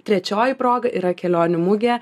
trečioji proga yra kelionių mugė